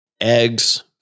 eggs